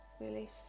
release